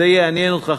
זה יעניין אותך,